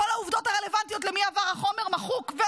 כל העובדות הרלוונטיות למי עבר החומר - מחוק.